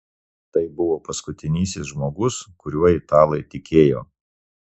tai buvo paskutinysis žmogus kuriuo italai tikėjo